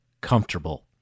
comfortable